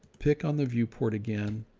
pick on the viewport again,